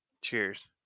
Cheers